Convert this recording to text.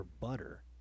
butter